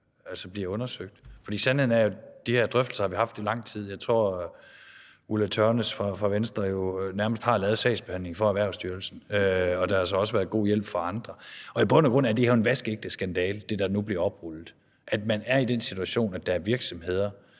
så bliver undersøgt? For sandheden er, at vi har haft de her drøftelser i lang tid. Jeg tror, at fru Ulla Tørnæs fra Venstre nærmest allerede har lavet sagsbehandlingen for Erhvervsstyrelsen, og der har så også været god hjælp fra andre. I bund og grund er det, der nu bliver oprullet, jo en vaskeægte skandale, nemlig at man er i den situation, at der er virksomheder,